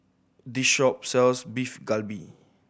this shop sells Beef Galbi